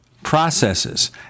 processes